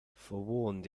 forewarned